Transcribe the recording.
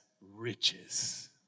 riches